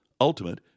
ultimate